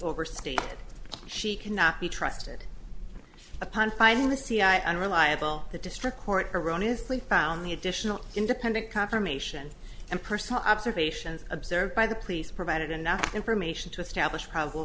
overstated she cannot be trusted upon finding the c i unreliable the district court iran is lee found the additional independent confirmation and personal observations observed by the police provided enough information to establish probable